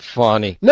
funny